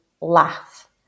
laugh